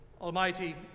Almighty